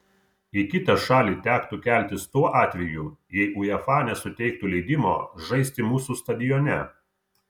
į kitą šalį tektų keltis tuo atveju jei uefa nesuteiktų leidimo žaisti mūsų stadione